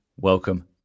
welcome